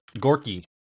gorky